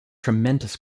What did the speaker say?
tremendous